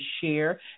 share